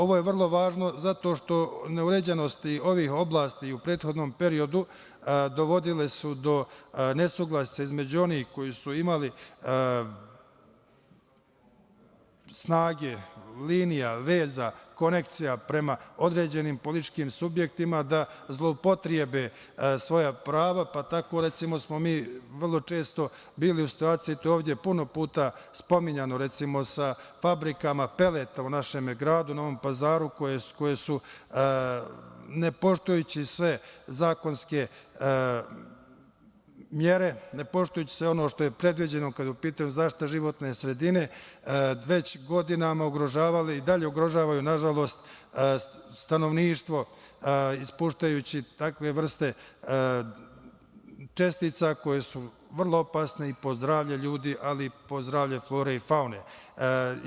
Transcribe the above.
Ovo je vrlo važno zato što neuređenosti ovih oblasti u prethodnom periodu dovodile su do nesuglasice između onih koji su imali snage, linija, veza, konekcija prema određenim političkim subjektima da zloupotrebe svoja prava, pa tako recimo smo mi vrlo često bili u situaciji, to je ovde puno puta spominjano, recimo sa fabrikama peleta u našem gradu u Novom Pazaru, koje su ne poštujući sve zakonske mere, ne poštujući se ono što je predviđeno kada je u pitanju zaštita životne sredine, već godinama ugrožavali i dalje ugrožavaju, nažalost, stanovništvo ispuštajući takve vrste čestica koje su vrlo opasne i po zdravlje ljudi, ali i po zdravlje flore i faune.